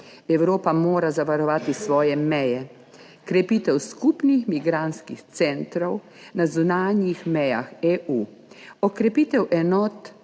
Evropa mora zavarovati svoje meje, krepitev skupnih migrantskih centrov na zunanjih mejah EU, okrepitev enot